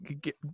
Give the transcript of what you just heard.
get